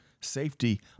Safety